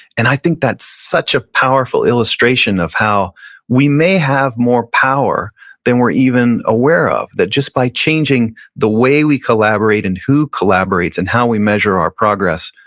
and i think that's such a powerful illustration of how we may have more power than we're even aware of, that just by changing the way we collaborate and who collaborates and how we measure our progress,